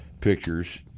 pictures